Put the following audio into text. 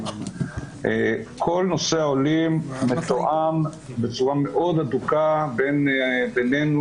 כל נושא העולים מתואם בצורה מאוד הדוקה בינינו